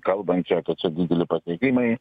kalbančio kad čia dideli pakeitimai